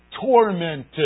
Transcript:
tormented